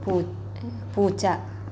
പു പൂച്ച